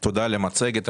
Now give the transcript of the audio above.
תודה על המצגת.